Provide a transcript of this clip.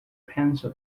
pencil